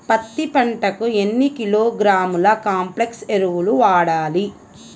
పత్తి పంటకు ఎన్ని కిలోగ్రాముల కాంప్లెక్స్ ఎరువులు వాడాలి?